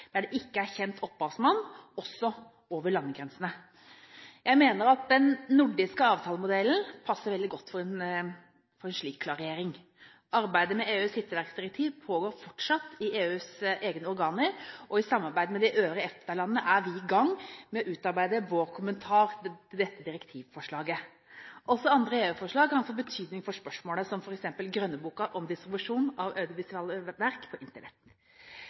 der det ikke er kjent opphavsmann, også over landegrensene. Jeg mener at den nordiske avtalemodellen passer veldig godt til slik klarering. Arbeidet med EUs hitteverkdirektiv pågår fortsatt i EUs egne organer, og i samarbeid med de øvrige EFTA-landene er vi i gang med å utarbeide vår kommentar til dette direktivforslaget. Også andre EU-forslag kan få betydning for spørsmålet, f.eks. grønnboken om distribusjon av audiovisuelle verk på